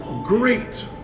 great